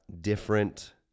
different